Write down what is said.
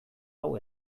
hau